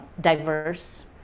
diverse